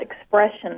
expression